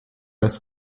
das